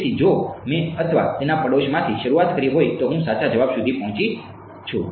તેથી જો મેં અથવા તેના પડોશમાંથી શરૂઆત કરી હોય તો હું સાચા જવાબ સુધી પહોંચું છું